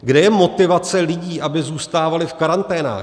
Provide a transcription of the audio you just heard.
Kde je motivace lidí, aby zůstávali v karanténách?